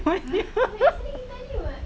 !huh! actually he tell me [what]